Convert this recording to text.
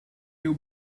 you